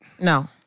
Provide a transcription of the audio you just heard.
No